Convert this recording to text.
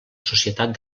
societat